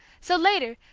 so, later,